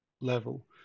level